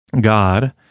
god